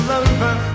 over